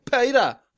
Peter